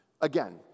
Again